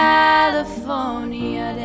California